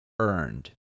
earned